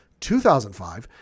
2005